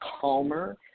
calmer